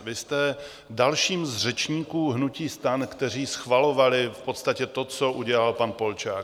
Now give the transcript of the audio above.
Vy jste dalším z řečníků hnutí STAN, kteří schvalovali v podstatě to, co udělal pan Polčák.